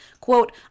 Quote